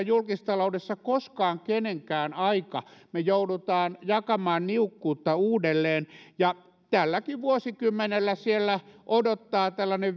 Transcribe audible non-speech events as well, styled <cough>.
<unintelligible> julkistaloudessa oikeastaan koskaan kenenkään aika me joudumme jakamaan niukkuutta uudelleen tälläkin vuosikymmenellä siellä odottaa ehkä tällainen <unintelligible>